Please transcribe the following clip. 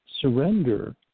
Surrender